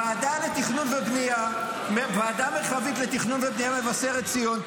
ועדה מרחבית לתכנון ובנייה מבשרת ציון,